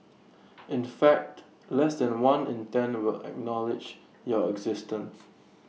in fact less than one in ten will acknowledge your existence